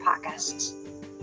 podcasts